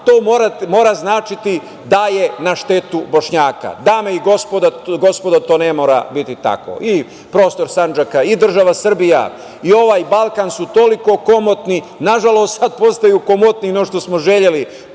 to mora značiti da je na štetu Bošnjaka. Dame i gospodo, to ne mora biti tako. Prostor Sandžaka i država Srbija, i ovaj Balkan su toliko komotni, na žalost sada postaju komotniji, no što smo želeli,